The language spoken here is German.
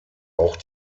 auch